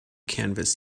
canvas